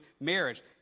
marriage